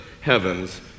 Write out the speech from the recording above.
heavens